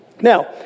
Now